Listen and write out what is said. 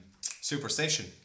superstition